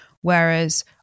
Whereas